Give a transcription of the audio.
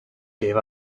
gave